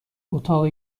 اتاق